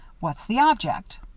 what's the object?